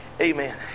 Amen